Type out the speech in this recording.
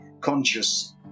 conscious